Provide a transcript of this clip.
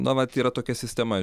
na vat yra tokia sistema